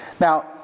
Now